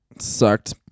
sucked